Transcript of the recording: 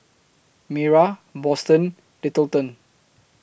Mayra Boston Littleton